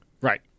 Right